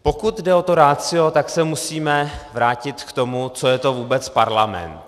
Pokud jde o to ratio, tak se musíme vrátit k tomu, co je to vůbec parlament.